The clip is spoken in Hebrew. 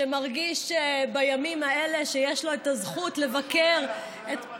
שמרגיש בימים האלה שיש לו את הזכות לבקר לא מקשיב.